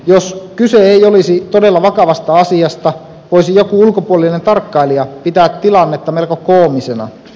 jos kyse ei olisi todella vakavasta asiasta voisi joku ulkopuolinen tarkkailija pitää tilannetta melko koomisena